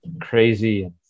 crazy